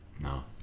No